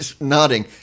nodding